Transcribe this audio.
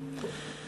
תפוצל.